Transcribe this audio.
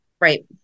Right